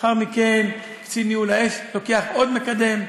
לאחר מכן קצין ניהול האש לוקח עוד מקדם,